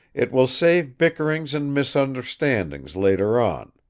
it will save bickerings and misunderstandings, later on.